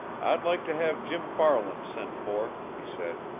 i'd like to have jim farland sent for, he said.